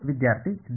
ವಿದ್ಯಾರ್ಥಿ ದಿ